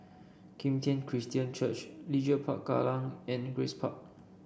Kim Tian Christian Church Leisure Park Kallang and Grace Park